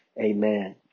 Amen